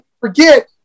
forget